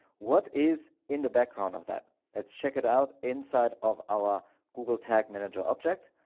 what is in the background of that? let's check it out inside of our google tag manager object,